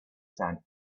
sand